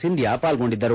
ಸಿಂಧ್ಯಾ ಪಾಲ್ಗೊಂಡಿದ್ದರು